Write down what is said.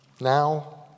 Now